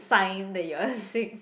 sign that you are sick